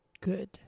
good